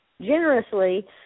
generously